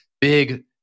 big